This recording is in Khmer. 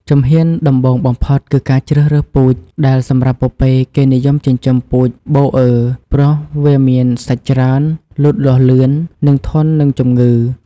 ជំហានដំបូងបំផុតគឺការជ្រើសរើសពូជ ដែលសម្រាប់ពពែគេនិយមចិញ្ចឹមពូជបូអឺ ព្រោះវាមានសាច់ច្រើន លូតលាស់លឿន និងធន់នឹងជំងឺ។